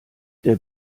der